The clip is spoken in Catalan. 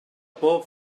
por